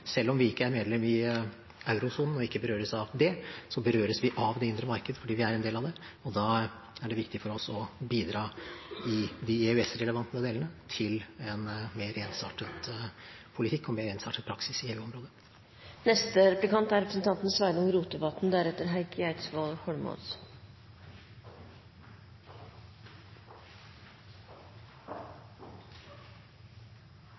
Selv om vi ikke er medlem i eurosonen, og ikke berøres av det, berøres vi av det indre marked, fordi vi er en del av det, og da er det viktig for oss å bidra i de EØS-relevante delene til en mer ensartet politikk og en mer ensartet praksis i